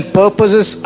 purposes